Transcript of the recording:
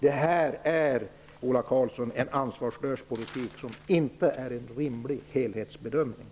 Detta är, Ola Karlsson, en ansvarslös politik, som inte fyller måttet vid en rimlig helhetsbedömning.